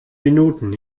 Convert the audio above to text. minuten